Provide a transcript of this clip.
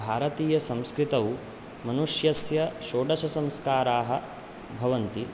भारतीयसंस्कृतौ मनुष्यस्य षोडषसंस्काराः भवन्ति